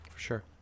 sure